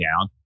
down